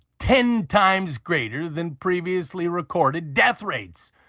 ten times greater than previously recorded death rates.